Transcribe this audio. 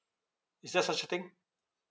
is there such a thing